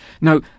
Now